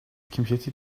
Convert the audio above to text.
computed